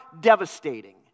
devastating